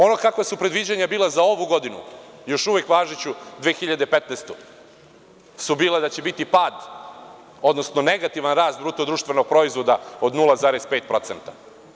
Ovo kako su predviđanja bila za ovu godinu, još uvek važeću 2015, su bila da će biti pad, odnosno negativan rast bruto društvenog proizvoda od 0,5%